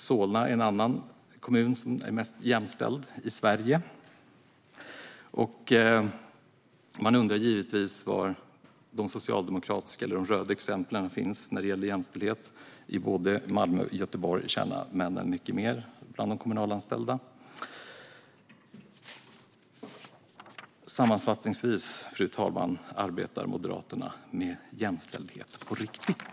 Solna är en annan kommun som är bland de mest jämställda i Sverige. Man undrar givetvis var de socialdemokratiska eller de röda exemplen finns när det gäller jämställdhet. I både Malmö och Göteborg tjänar de kommunalanställda männen mycket mer. Sammanfattningsvis, fru talman, arbetar Moderaterna med jämställdhet på riktigt.